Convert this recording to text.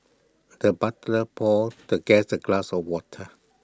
the butler poured the guest A glass of water